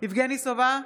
יבגני סובה,